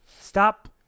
stop